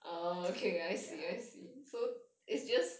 ya